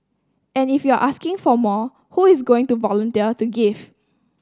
and if you are asking for more who is going to volunteer to give